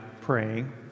praying